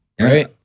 right